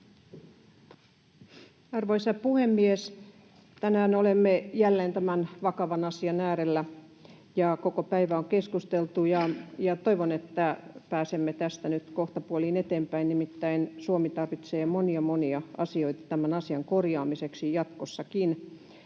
Arvoisa puhemies! Tänään olemme jälleen tämän vakavan asian äärellä. Koko päivä on keskusteltu, ja toivon, että pääsemme tästä nyt kohtapuoliin eteenpäin, nimittäin Suomi tarvitsee monia, monia asioita tämän asian korjaamiseksi jatkossakin.